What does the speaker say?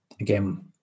Again